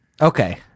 Okay